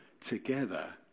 together